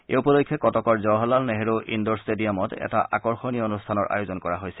এই উপলক্ষে কটকৰ জৱাহৰলাল নেহৰু ইণ্ডোৰ ট্টেডিয়ামত এটা আকৰ্ষণীয় অনুষ্ঠানৰ আয়োজন কৰা হৈছে